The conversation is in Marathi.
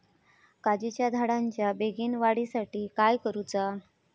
काजीच्या झाडाच्या बेगीन वाढी साठी काय करूचा?